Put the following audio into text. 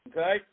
okay